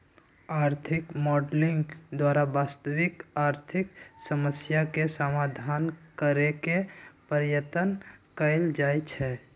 आर्थिक मॉडलिंग द्वारा वास्तविक आर्थिक समस्याके समाधान करेके पर्यतन कएल जाए छै